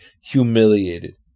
humiliated